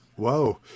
Whoa